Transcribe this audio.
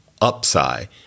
upside